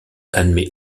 admet